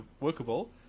workable